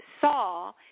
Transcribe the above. saw